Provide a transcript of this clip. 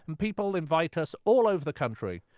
and people invite us all over the country.